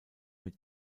mit